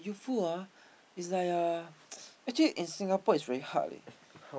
youthful ah is like uh actually in Singapore it's very hard leh